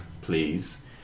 please